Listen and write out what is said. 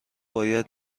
باید